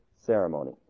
ceremony